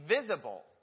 visible